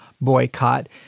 boycott